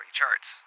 charts